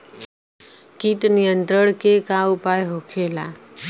कीट नियंत्रण के का उपाय होखेला?